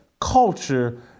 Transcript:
culture